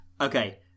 Okay